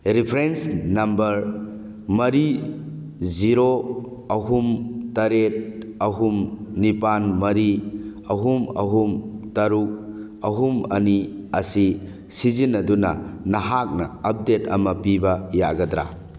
reference number ꯃꯔꯤ zero ꯑꯍꯨꯝ ꯇꯔꯦꯠ ꯑꯍꯨꯝ ꯅꯤꯄꯥꯜ ꯃꯔꯤ ꯑꯍꯨꯝ ꯑꯍꯨꯝ ꯇꯔꯨꯛ ꯑꯍꯨꯝ ꯑꯅꯤ ꯑꯁꯤ ꯁꯤꯖꯤꯟꯅꯗꯨꯅ ꯅꯍꯥꯛꯅ ꯑꯞꯗꯦꯗ ꯑꯃ ꯄꯤꯕ ꯌꯥꯒꯗ꯭ꯔꯥ